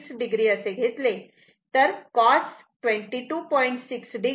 6 o असे घेतले तर cos 22